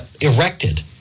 erected